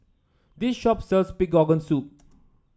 this shop sells Pig Organ Soup